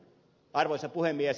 arvoisa puhemies